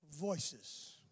voices